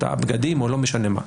את הבגדים ולא משנה מה.